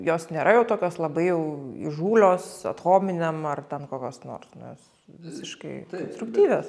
jos nėra jau tokios labai jau įžūlios ad hominem ar ten kokios nors nes visiškai konstruktyvios